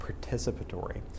participatory